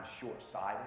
short-sighted